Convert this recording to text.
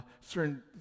certain